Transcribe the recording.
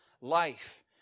life